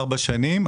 ארבע שנים.